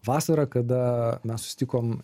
vasarą kada mes susitikom